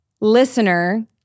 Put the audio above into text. listener